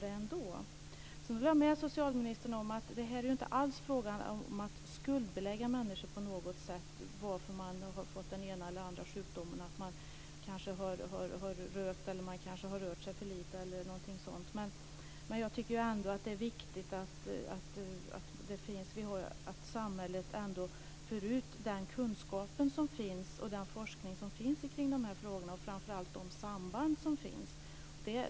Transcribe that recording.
Sedan håller jag med socialministern om att det inte alls är fråga om att skuldbelägga människor, varför de har fått den ena eller andra sjukdomen, om de har rökt eller om de har rört sig för lite. Men det är viktigt att samhället för ut den kunskap och forskning som finns kring dessa frågor och framför allt de samband som finns.